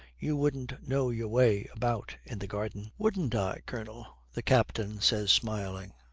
you wouldn't know your way about in the garden wouldn't i, colonel the captain says, smiling.